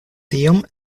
tiom